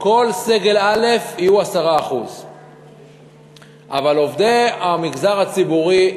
לכל סגל א' יהיו 10%. אבל עובדי המגזר הציבורי,